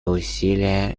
усилия